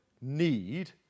need